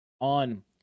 on